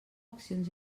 accions